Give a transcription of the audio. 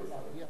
גורם